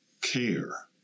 care